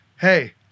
hey